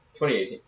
2018